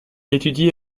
étudie